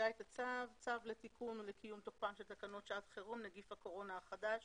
"צו לתיקון ולקיום תוקפן של תקנות שעת חירום (נקיף הקורונה החדש